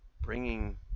Bringing